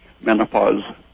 menopause